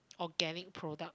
organic product